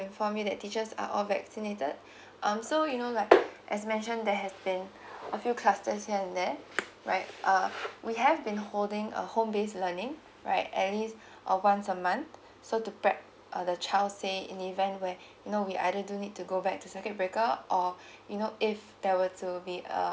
informed me that teachers are all vaccinated um so you know like as mentioned there has been a few classes here and there right uh we have been holding a home base learning right at least uh once a month so to prep uh the child say in the event where you know we either do need to go back to second break out or you know if there were to be uh